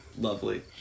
lovely